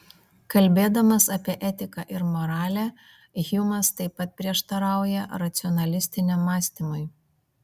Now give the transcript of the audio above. kalbėdamas apie etiką ir moralę hjumas taip pat prieštarauja racionalistiniam mąstymui